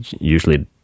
usually